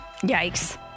Yikes